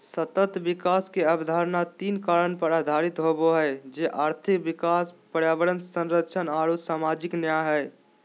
सतत विकास के अवधारणा तीन कारक पर आधारित होबो हइ, जे आर्थिक विकास, पर्यावरण संरक्षण आऊ सामाजिक न्याय हइ